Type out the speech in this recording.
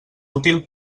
útil